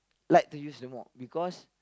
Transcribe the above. like to use the mop because